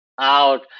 out